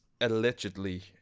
allegedly